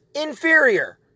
inferior